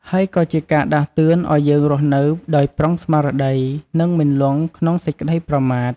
ហើយក៏ជាការដាស់តឿនឲ្យយើងរស់នៅដោយប្រុងស្មារតី និងមិនលង់ក្នុងសេចក្តីប្រមាទ។